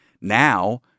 Now